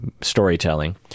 storytelling